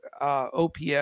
OPS